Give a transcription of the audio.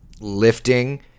lifting